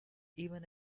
even